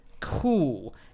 cool